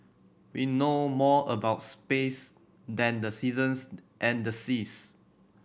we know more about space than the seasons and the seas